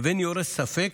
לבין "יורש ספק",